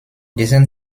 dessen